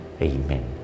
Amen